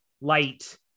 light